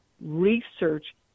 research